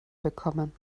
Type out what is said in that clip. bekommen